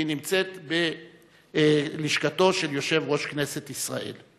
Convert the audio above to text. והוא נמצא בלשכתו של יושב-ראש כנסת ישראל.